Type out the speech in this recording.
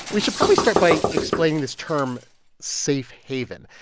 we should probably start by explaining this term safe haven.